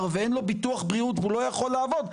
אין לו ביטוח בריאות והוא לא יכול לעבוד,